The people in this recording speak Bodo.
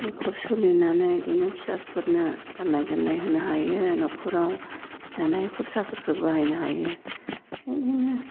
न'खर सोलिनानै बिदिनो फिसाफोरनो गाननाय जोमनाय होनो हायो न'खराव जानाय खरसाफोरखौ बाहायनो हायो बिदिनो